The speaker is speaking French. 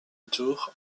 tour